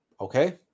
Okay